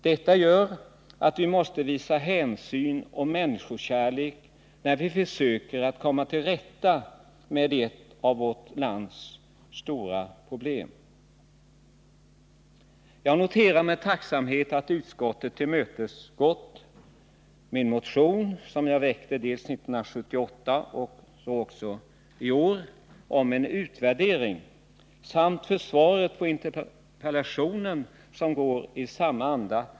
Detta gör att vi måste visa hänsyn och människokärlek när vi försöker komma till rätta med ett av vårt lands stora problem. Jag noterar med tacksamhet att utskottet har tillmötesgått det krav på en utvärdering som jag framfört dels i en motion 1978, dels i en motion i år samt att svaret på interpellationen går i samma anda.